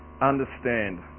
understand